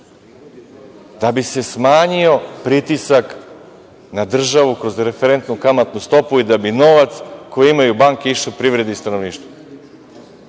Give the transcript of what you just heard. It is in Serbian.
da bi se smanjio pritisak na državu kroz referentnu kamatnu stopu i da bi novac koji imaju banke išao privredi i stanovništvu. Ko